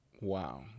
Wow